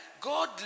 God